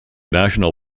national